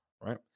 right